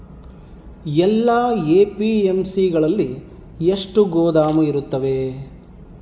ಎಲ್ಲಾ ಎ.ಪಿ.ಎಮ್.ಸಿ ಗಳಲ್ಲಿ ಎಷ್ಟು ಗೋದಾಮು ಇರುತ್ತವೆ?